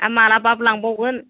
आर मालाबाबो लांबावगोन